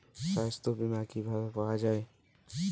সাস্থ্য বিমা কি ভাবে পাওয়া যায়?